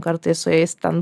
kartais su jais ten